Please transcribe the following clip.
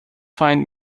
find